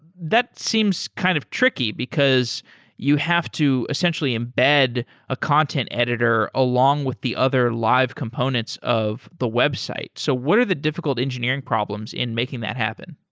that seems kind of tricky, because you have to essentially embed a content editor along with the other live components of the website. so what are the difficult engineering problems in making that happen?